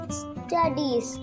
studies